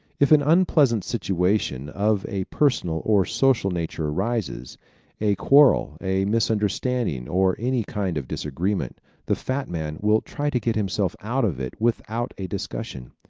if an unpleasant situation of a personal or social nature arises a quarrel, a misunderstanding or any kind of disagreement the fat man will try to get himself out of it without a discussion.